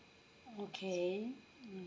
okay mm